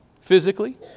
physically